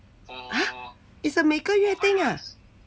!huh! is a 每个月 thing ah